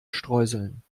streuseln